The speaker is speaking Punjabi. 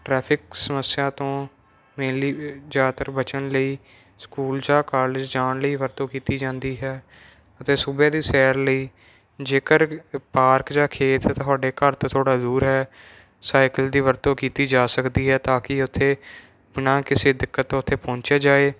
ਟਰੈਫਿਕ ਸਮੱਸਿਆ ਤੋਂ ਮੇਨਲੀ ਜ਼ਿਆਦਾਤਰ ਬਚਣ ਲਈ ਸਕੂਲ ਜਾਂ ਕਾਲਜ ਜਾਣ ਲਈ ਵਰਤੋਂ ਕੀਤੀ ਜਾਂਦੀ ਹੈ ਅਤੇ ਸੂਬਹਾ ਦੀ ਸੈਰ ਲਈ ਜੇਕਰ ਪਾਰਕ ਜਾਂ ਖੇਤ ਤੁਹਾਡੇ ਘਰ ਤੋਂ ਥੋੜ੍ਹਾ ਦੂਰ ਹੈ ਸਾਈਕਲ ਦੀ ਵਰਤੋਂ ਕੀਤੀ ਜਾ ਸਕਦੀ ਹੈ ਤਾਂ ਕਿ ਉੱਥੇ ਬਿਨ੍ਹਾਂ ਕਿਸੇ ਦਿੱਕਤ ਤੋਂ ਉੱਥੇ ਪਹੁੰਚਿਆ ਜਾਵੇ